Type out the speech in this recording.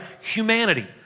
Humanity